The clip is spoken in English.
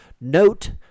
Note